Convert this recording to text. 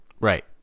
right